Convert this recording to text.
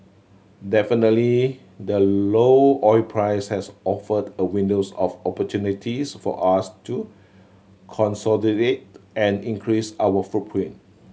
definitely the low oil price has offered a windows of opportunities for us to consolidate and increase our footprint